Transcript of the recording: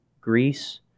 Greece